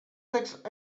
text